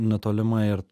netolima ir